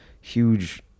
huge